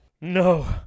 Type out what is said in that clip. No